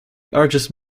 urges